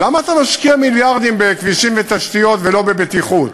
למה אתה משקיע מיליארדים בכבישים ותשתיות ולא בבטיחות?